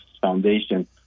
Foundation